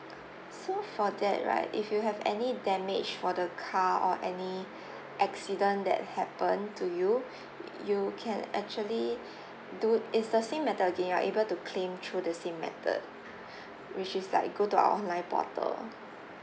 so for that right if you have any damage for the car or any accident that happen to you you can actually do is the same method again you are able to claim through the same method which is like go to our online portal